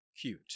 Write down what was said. Cute